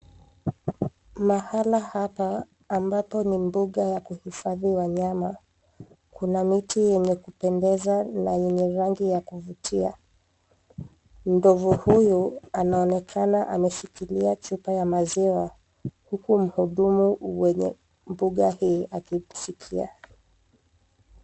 Mahala hapa ambapo ni mbuga ya kuhifadhi wanyama. Kuna miti yenye kupendeza na yenye rangi ya kuvutia. Ndovu huyu anaonekana ameshikilia chupa ya maziwa huku mhudumu mwenye mbuga hii akimshikia.